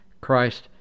Christ